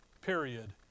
period